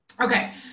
Okay